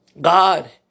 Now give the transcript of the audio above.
God